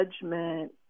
judgment